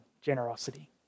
generosity